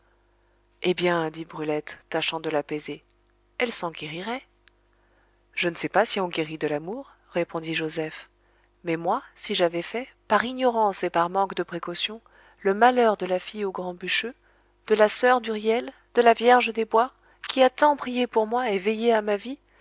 eh bien dit brulette tâchant de l'apaiser elle s'en guérirait je ne sais pas si on guérit de l'amour répondit joseph mais moi si j'avais fait par ignorance et par manque de précaution le malheur de la fille au grand bûcheux de la soeur d'huriel de la vierge des bois qui a tant prié pour moi et veillé à ma vie